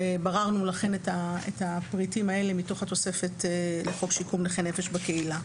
לכן בררנו את הפריטים האלה מתוך התוספת לחוק שיקום נכי נפש בקהילה.